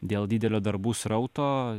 dėl didelio darbų srauto